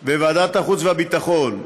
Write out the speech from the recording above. ולוועדת החוץ והביטחון,